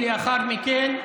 לאחר מכן.